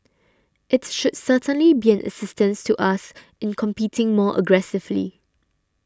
it should certainly be an assistance to us in competing more aggressively